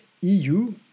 EU